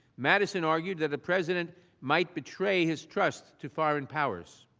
madison argued that the president might betray his trust to foreign powers.